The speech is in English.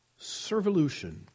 Servolution